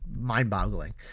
Mind-boggling